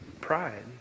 pride